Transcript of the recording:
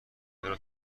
چرا